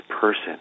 person